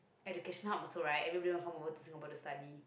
education hub also right everybody want to come over to Singapore to study